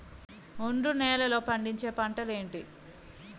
ఒండ్రు నేలలో పండించే పంటలు ఏంటి?